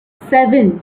seven